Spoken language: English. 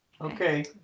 Okay